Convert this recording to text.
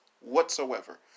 whatsoever